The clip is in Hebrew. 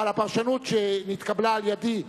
אבל הפרשנות שהתקבלה על-ידי,